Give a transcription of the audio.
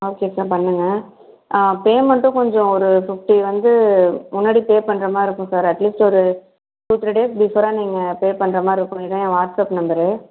okay sir பண்ணுங்கள் பேமென்ட்டும் கொஞ்சம் ஒரு ஃபிஃப்டி வந்து முன்னாடி பே பண்ணுறமாரி இருக்கும் சார் அட்லீஸ்ட் ஒரு டூ த்ரீ டேஸ் பிஃபோராக நீங்கள் பே பண்ணுறமாரி இருக்கும் இதான் என் வாட்ஸ்அப் நம்பரு